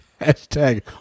hashtag